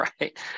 right